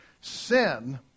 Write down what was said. sin